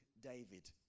David